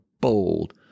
bold